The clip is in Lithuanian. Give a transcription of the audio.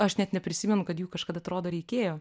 aš net neprisimenu kad jų kažkada atrodo reikėjo